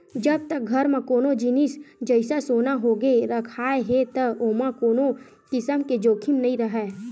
जब तक घर म कोनो जिनिस जइसा सोना होगे रखाय हे त ओमा कोनो किसम के जाखिम नइ राहय